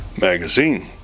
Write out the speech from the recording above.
magazine